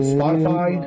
Spotify